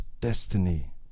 Destiny